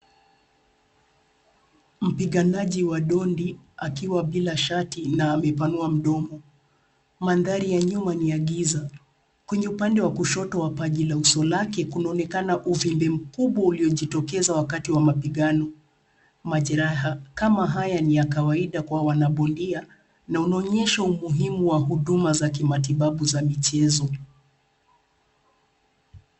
Mpiganaji wa dondi akiwa bila shati na amepanua mdomo. Mandhari ya nyuma ni ya giza. Kwenye upande wa kushoto wa paji la uso lake kunaonekana uvimbe mkubwa uliojitokeza wakati wa mapigano. Majeraha kama haya ni ya kawaida kwa wanabundia na unaonyesha umuhimu wa huduma za kimatibabu za michezo.